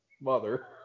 mother